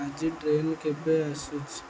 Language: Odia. ଆଜି ଟ୍ରେନ୍ କେବେ ଆସୁଛି